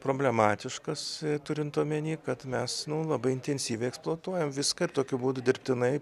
problematiškas turint omeny kad mes nu labai intensyviai eksploatuojam viską ir tokiu būdu dirbtinai